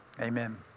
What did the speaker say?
Amen